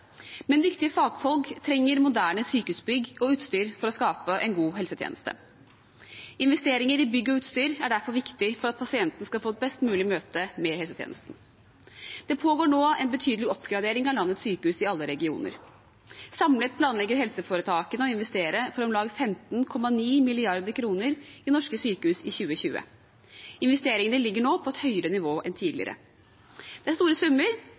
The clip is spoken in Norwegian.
bygg og utstyr er derfor viktig for at pasientene skal få et best mulig møte med helsetjenesten. Det pågår nå en betydelig oppgradering av landets sykehus i alle regioner. Samlet planlegger helseforetakene å investere for om lag 15,9 mrd. kr i norske sykehus i 2020. Investeringene ligger nå på et høyere nivå enn tidligere. Det er store summer,